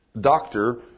doctor